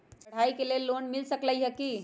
पढाई के लेल लोन मिल सकलई ह की?